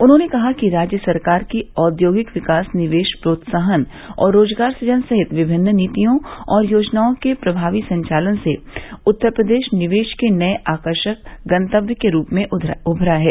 उन्होंने कहा कि राज्य सरकार की औद्योगिक विकास नियेश प्रोत्साहन और रोजगार सुजन सहित विभिन्न नीतियों और योजनाओं के प्रमावी संचालन से उत्तर प्रदेश निवेश के नये आकर्षक गन्तव्य के रूप में उभरा है